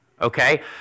Okay